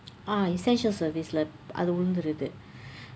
ah essential service இல்ல அதுல விழுந்திருந்து:illa athula vizhundthirundthu